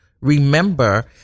remember